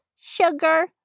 sugar